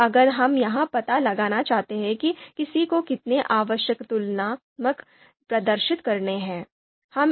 फिर अगर हम यह पता लगाना चाहते हैं कि किसी को कितने आवश्यक तुलनात्मक प्रदर्शन करने हैं